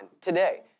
today